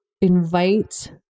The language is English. invite